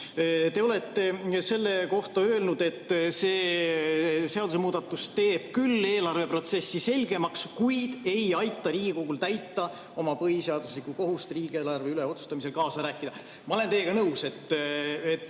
Te olete selle kohta öelnud, et see seadusemuudatus teeb küll eelarveprotsessi selgemaks, kuid ei aita Riigikogul täita oma põhiseaduslikku kohust riigieelarve üle otsustamisel kaasa rääkida. Ma olen teiega nõus.